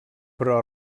però